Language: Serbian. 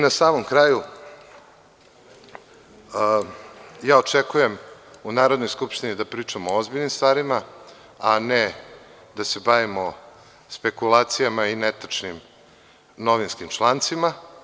Na samom kraju, očekujem u narednoj Skupštini da pričamo o ozbiljnim stvarima, a ne da se bavimo špekulacijama i netačnim novinskim člancima.